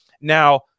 now